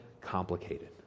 complicated